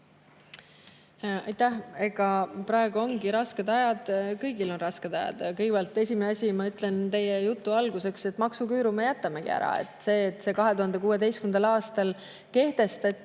Praegu ongi rasked ajad. Kõigil on rasked ajad. Kõigepealt, esimene asi, ma ütlen jutu alguseks, et maksuküüru me jätamegi ära. See, et see 2016. aastal kehtestati,